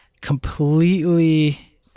completely